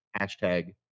hashtag